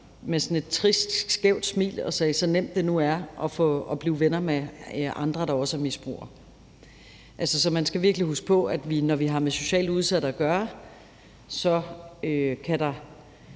med sådan et trist, skævt smil og sagde: Så nemt det nu er at blive venner med andre, der også er misbrugere. Så man skal virkelig huske på, at når vi har med socialt udsatte at gøre, kan der